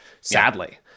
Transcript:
sadly